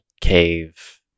cave